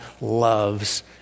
loves